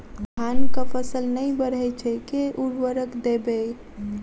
धान कऽ फसल नै बढ़य छै केँ उर्वरक देबै?